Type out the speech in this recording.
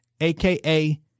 AKA